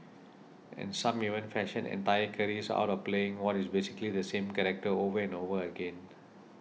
and some even fashion entire careers out of playing what is basically the same character over and over again